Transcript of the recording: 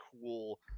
cool